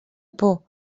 por